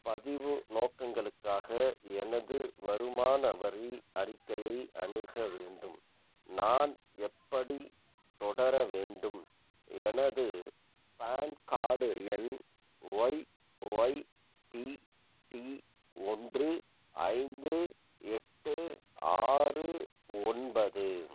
பதிவு நோக்கங்களுக்காக எனது வருமான வரி அறிக்கையை அணுக வேண்டும் நான் எப்படித் தொடர வேண்டும் எனது பேன் கார்டு எண் ஒய்ஒய்பிடி ஒன்று ஐந்து எட்டு ஆறு ஒன்பது